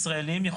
הישראליים,